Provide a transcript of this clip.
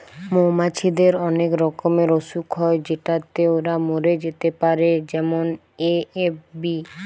মৌমাছিদের অনেক রকমের অসুখ হয় যেটাতে ওরা মরে যেতে পারে যেমন এ.এফ.বি